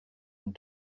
une